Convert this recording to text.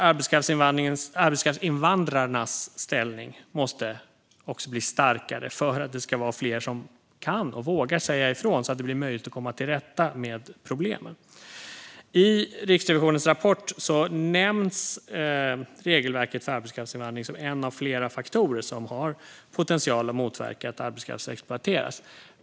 Arbetskraftsinvandrarnas ställning måste också bli starkare för att fler ska kunna och våga säga ifrån, så att det blir möjligt att komma till rätta med problemen. I Riksrevisionens rapport nämns regelverket för arbetskraftsinvandring som en av flera faktorer som har potential att motverka att arbetskraft exploateras.